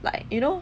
like you know